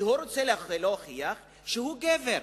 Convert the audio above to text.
כי הוא רוצה להוכיח שהוא גבר.